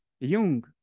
Jung